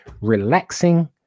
relaxing